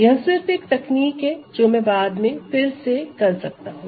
यह सिर्फ एक तकनीक है जो मैं बाद में फिर से कर सकता हूं